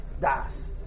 das